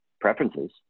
preferences